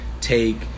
take